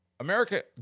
America